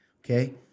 Okay